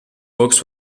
books